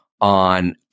on